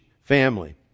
family